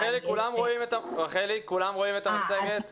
רחלי, כולם רואים את המצגת.